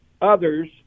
others